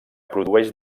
produeix